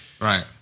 Right